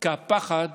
כי הפחד